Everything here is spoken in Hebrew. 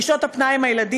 היא שעות הפנאי עם הילדים,